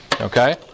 okay